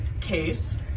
case